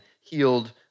healed